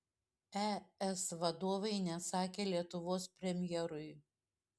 es vadovai neatsakė lietuvos premjerui